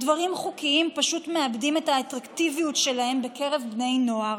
דברים חוקיים פשוט מאבדים את האטרקטיביות שלהם בקרב בני נוער.